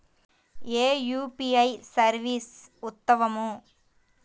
ఏ UPI service ఉత్తమము?